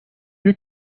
eut